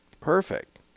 Perfect